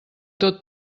tot